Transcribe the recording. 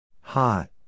Hot